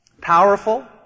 powerful